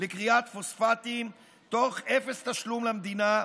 לכריית פוספטים באפס תשלום למדינה,